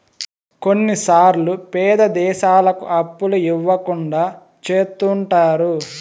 కొన్నిసార్లు పేద దేశాలకు అప్పులు ఇవ్వకుండా చెత్తుంటారు